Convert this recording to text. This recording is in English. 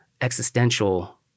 existential